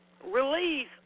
release